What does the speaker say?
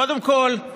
קודם כול,